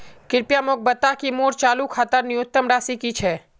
कृपया मोक बता कि मोर चालू खातार न्यूनतम राशि की छे